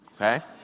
okay